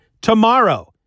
tomorrow